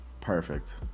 Perfect